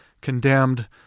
condemned